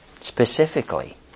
Specifically